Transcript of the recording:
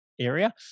area